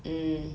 mm